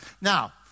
Now